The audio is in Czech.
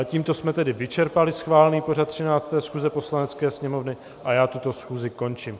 Tímto jsme tedy vyčerpali schválený pořad 13. schůze Poslanecké sněmovny a já tuto schůzi končím.